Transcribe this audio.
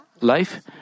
life